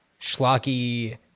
schlocky